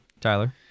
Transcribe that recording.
Tyler